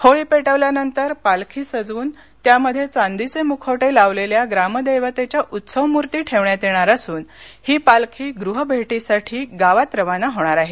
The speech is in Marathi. होळी पेटविल्यानंतर पालखी सजवून त्यामध्ये चांदीचे मुखवटे लावलेल्या ग्रामदेवतेच्या उत्सवमूर्ती ठेवण्यात येणार असून ही पालखी गुहभेटीसाठी गावात रवाना होणार आहे